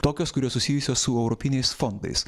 tokios kurios susijusios su europiniais fondais